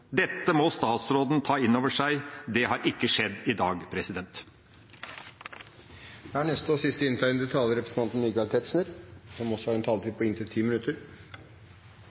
Dette må statsråden ta inn over seg. Det har ikke skjedd i dag.